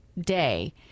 day